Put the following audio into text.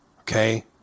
okay